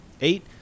eight